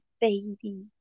baby